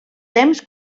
temps